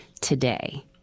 today